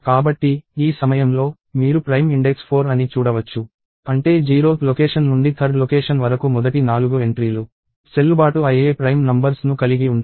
కాబట్టి ఈ సమయంలో మీరు ప్రైమ్ ఇండెక్స్ 4 అని చూడవచ్చు అంటే 0th లొకేషన్ నుండి 3rd లొకేషన్ వరకు మొదటి నాలుగు ఎంట్రీలు చెల్లుబాటు అయ్యే ప్రైమ్ నంబర్స్ ను కలిగి ఉంటాయి